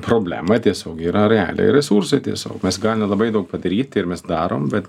problema tiesiog yra realiai resursai tiesiog mes galime labai daug padaryti ir mes darom bet